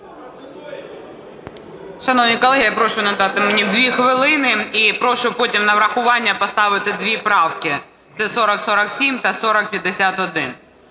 Шановні колеги, я прошу надати мені дві хвилини, і прошу потім на врахування поставити дві правки – це 4047 та 4051.